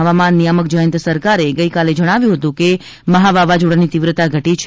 હવામાન નિયામક જયંત સરકારે ગઇકાલે જણાવ્યું હતું કે મહા વાવાઝોડાની તિવ્રતા ઘટી છે